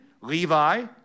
Levi